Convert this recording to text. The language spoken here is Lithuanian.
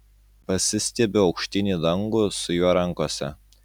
pasistiebiu aukštyn į dangų su juo rankose